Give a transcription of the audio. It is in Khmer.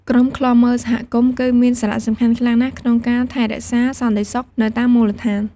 ក្រុមឃ្លាំមើលសហគមន៍ គឺមានសារៈសំខាន់ខ្លាំងណាស់ក្នុងការថែរក្សាសន្តិសុខនៅតាមមូលដ្ឋាន។